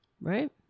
Right